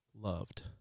loved